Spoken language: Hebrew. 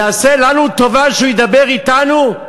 יעשה לנו טובה שהוא ידבר אתנו?